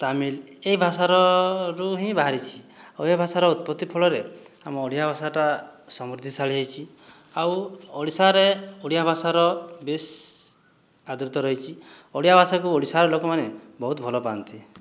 ତାମିଲ ଏହି ଭାଷାର ରୁ ହିଁ ବାହାରିଛି ଓ ଏ ଭାଷାର ଉତ୍ପତ୍ତି ଫଳରେ ଆମ ଓଡ଼ିଆ ଭାଷାଟା ସମୃଦ୍ଧିଶାଳୀ ହୋଇଛି ଆଉ ଓଡ଼ିଶାରେ ଓଡ଼ିଆ ଭାଷାର ବେଶ୍ ଆଦୃତ ରହିଛି ଓଡ଼ିଆ ଭାଷାକୁ ଓଡ଼ିଶାର ଲୋକମାନେ ବହୁତ ଭଲପାଆନ୍ତି